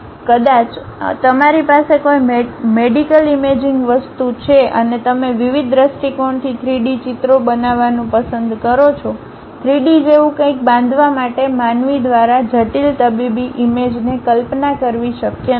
sex કદાચ તમારી પાસે કોઈ મેડિકલ ઇમેજિંગ વસ્તુ છે અને તમે વિવિધ દ્રષ્ટિકોણથી 3 D ચિત્રો બનાવવાનું પસંદ કરો છો 3 D જેવું કંઇક બાંધવા માટે માનવી દ્વારા જટિલ તબીબી ઈમેજને કલ્પના કરવી શક્ય નથી